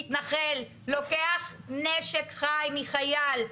מתנחל לוקח נשק חי מחייל,